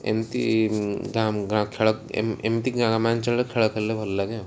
ଏମିତି ଗାଁ ଖେଳ ଏମିତି ଗ୍ରାମାଞ୍ଚଳରେ ଖେଳ ଖେଳିଲେ ଭଲ ଲାଗେ ଆଉ